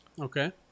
Okay